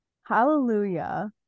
Hallelujah